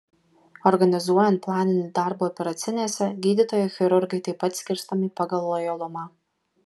organizuojant planinį darbą operacinėse gydytojai chirurgai taip pat skirstomi pagal lojalumą